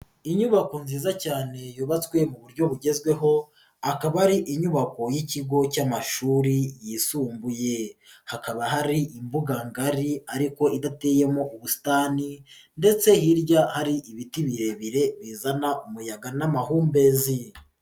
Inyubako nziza cyane yubatswe mu buryo bugezweho akaba ari inyubako y'ikigo cy'amashuri yisumbuye, hakaba hari imbuga ngari ariko idateyemo ubusitani ndetse hirya ari ibiti birebire bizana umuyaga n'amahumbezi.